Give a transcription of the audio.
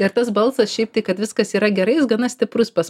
ir tas balsas šiaip tai kad viskas yra gerai jis gana stiprus pas